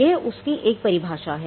यह उसकी एक परिभाषा है